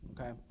okay